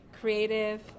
creative